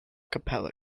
capella